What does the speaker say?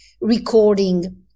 recording